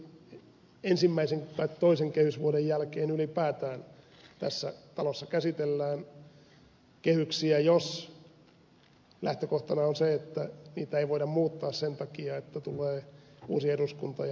miksi ensimmäisen tai toisen kehysvuoden jälkeen ylipäätään tässä talossa käsitellään kehyksiä jos lähtökohtana on se että niitä ei voida muuttaa sen takia että tulee uusi eduskunta ja mahdollisesti uusi hallitus